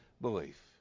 belief